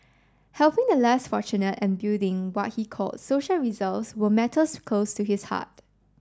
helping the less fortunate and building what he called social reserves were matters close to his heart